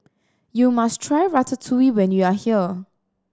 you must try Ratatouille when you are here